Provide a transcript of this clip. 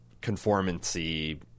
conformancy